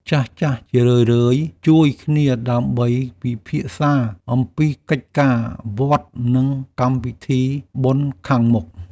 ចាស់ៗជារឿយៗជួបគ្នាដើម្បីពិភាក្សាអំពីកិច្ចការវត្ត និងកម្មវិធីបុណ្យខាងមុខ។